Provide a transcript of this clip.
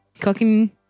cooking